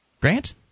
Grant